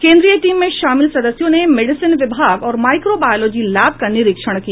केंद्रीय टीम में शामिल सदस्यों ने मेडिसीन विभाग और माइक्रो बायोलॉजी लैब का निरीक्षण किया